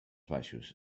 baixos